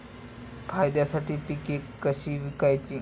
फायद्यासाठी पिके कशी विकायची?